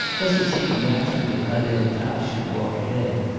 thus it seemed natural that adele tace should walk ahead,